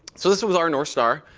so this was our north star.